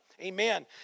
Amen